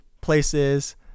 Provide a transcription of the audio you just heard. places